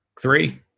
three